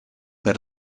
per